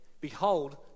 Behold